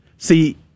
See